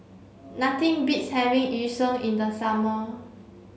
nothing beats having Yu Sheng in the summer